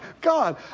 God